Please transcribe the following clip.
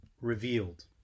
revealed